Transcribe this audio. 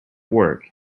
work